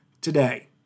today